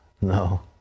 no